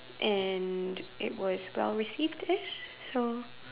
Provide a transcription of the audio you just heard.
and it was well received ish so